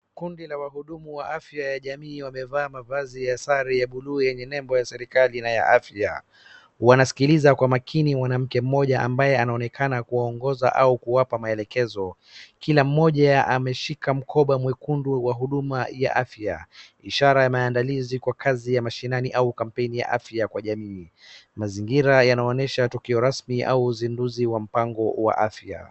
Kundi la wahudumu wa afya ya jamii wamevaa mavazi ya sare ya buluu yenye nembo ya serikali na ya afya. Wanasikiliza kwa makini mwanamke mmoja ambaye anaonekana kuwaongoza au kuwapa maelekezo. Kila mmoja ameshika mkoba mwekundu wa huduma ya afya. Ishara ya maandalizi kwa kazi ya mashinani au kwa kampeni ya afya kwa jamii. Mazingira yanaonyesha tukio rasmi au uzinduzi wa mpango wa afya.